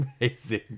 amazing